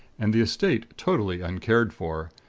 and the estate totally uncared for,